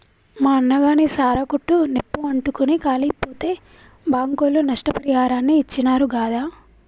మా అన్నగాని సారా కొట్టు నిప్పు అంటుకుని కాలిపోతే బాంకోళ్లు నష్టపరిహారాన్ని ఇచ్చినారు గాదా